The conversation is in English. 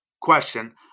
question